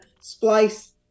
splice